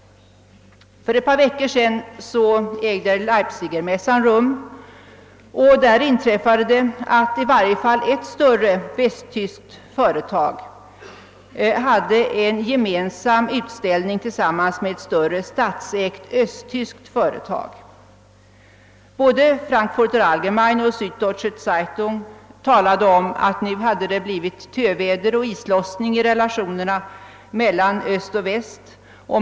För ett par veckor sedan ägde Leipzigmässan rum. Där inträffade det att i varje fall en större västtysk koncern hade en utställning gemensamt med ett större statsägt östtyskt företag. Både Frankfurter Allgemeine Zeitung och Suddeutsche Zeitung skrev att nu hade det blivit töväder och islossning i relationerna mellan öst och väst.